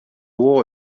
war